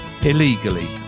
illegally